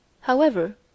However